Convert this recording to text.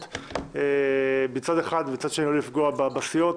ההצעות מצד אחד ומצד שני לא לפגוע בסיעות.